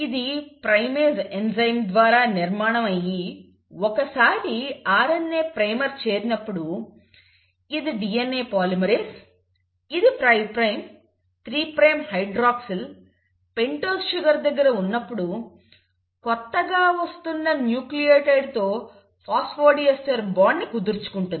ఇది primase enzyme ద్వారా నిర్మాణం అయి ఒకసారి RNA ప్రైమర్ చేరినప్పుడు ఇది DNA పాలిమరేస్ ఇది 5 prime 3 prime hydroxyl pentose sugar దగ్గర ఉన్నప్పుడు కొత్తగా వస్తున్న న్యూక్లియోటైడ్తో ఫాస్ఫోడీస్టర్ బాండ్ ను కుదుర్చుకుంటుంది